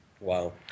Wow